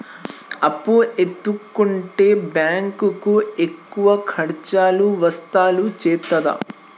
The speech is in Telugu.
అప్పు ఎత్తుకుంటే బ్యాంకు ఎక్కువ ఖర్చులు వసూలు చేత్తదా?